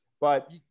but-